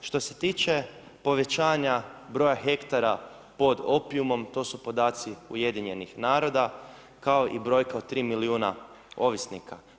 Što se tiče povećanja broja hektara pod opijumom, to su podaci UN-a kao i brojka od 3 milijuna ovisnika.